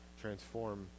transform